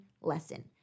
lesson